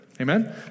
Amen